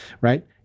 right